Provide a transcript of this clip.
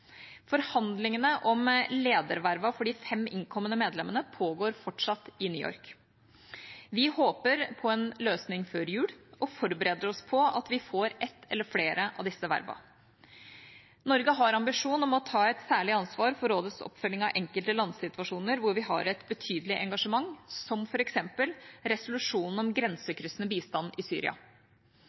Forhandlingene om ledervervene for de fem innkommende medlemmene pågår fortsatt i New York. Vi håper på en løsning før jul og forbereder oss på at vi får ett eller flere av disse vervene. Norge har ambisjon om å ta et særlig ansvar for rådets oppfølging av enkelte landsituasjoner hvor vi har et betydelig engasjement, som f.eks. resolusjonen om grensekryssende bistand i Syria.